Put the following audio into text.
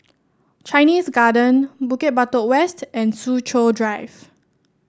Chinese Garden Bukit Batok West and Soo Chow Drive